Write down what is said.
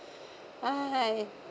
!hais!